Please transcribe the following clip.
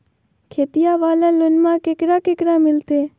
खेतिया वाला लोनमा केकरा केकरा मिलते?